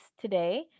today